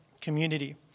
community